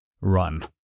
run